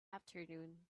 afternoon